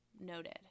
noted